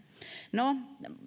no